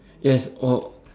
yes